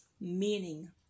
meaning